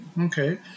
okay